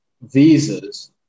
visas